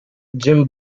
jim